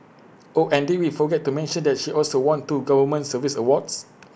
oh and did we forget to mention that she also won two government service awards